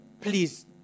please